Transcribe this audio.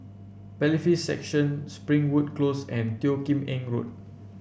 Bailiffs' Section Springwood Close and Teo Kim Eng Road